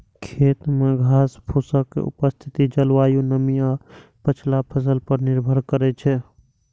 खेत मे घासफूसक उपस्थिति जलवायु, नमी आ पछिला फसल पर निर्भर करै छै